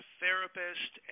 therapist